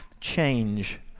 change